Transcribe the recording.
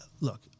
look